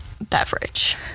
beverage